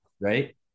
Right